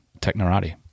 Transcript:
Technorati